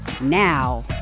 now